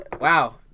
Wow